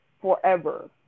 forever